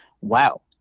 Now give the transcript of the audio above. wow